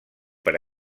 per